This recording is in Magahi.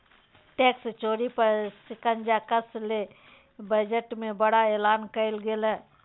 टैक्स चोरी पर शिकंजा कसय ले बजट में बड़ा एलान कइल गेलय